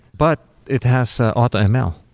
but it has automl.